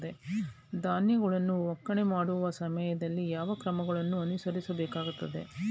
ಧಾನ್ಯಗಳನ್ನು ಒಕ್ಕಣೆ ಮಾಡುವ ಸಮಯದಲ್ಲಿ ಯಾವ ಕ್ರಮಗಳನ್ನು ಅನುಸರಿಸಬೇಕು?